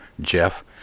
Jeff